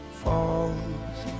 falls